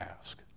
ask